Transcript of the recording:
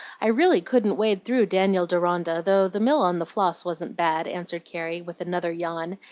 i really couldn't wade through daniel deronda though the mill on the floss wasn't bad, answered carrie, with another yawn,